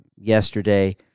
yesterday